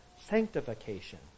sanctification